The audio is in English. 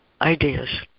ideas